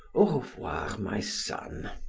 au revoir, my son.